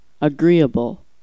Agreeable